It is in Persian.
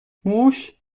موش